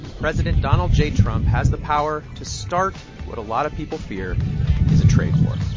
president donald j. trump has the power to start what a lot of people fear is a trade war